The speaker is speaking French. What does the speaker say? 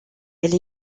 elle